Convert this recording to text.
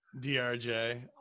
drj